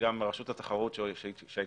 גם רשות התחרות שהייתה